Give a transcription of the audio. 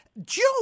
Joe